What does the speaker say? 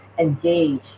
engage